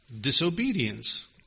disobedience